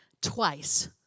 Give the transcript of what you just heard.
twice